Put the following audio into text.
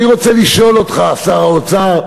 אני רוצה לשאול אותך, שר האוצר,